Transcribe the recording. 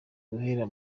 guhera